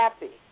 happy